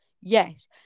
yes